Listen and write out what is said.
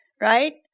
right